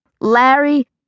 Larry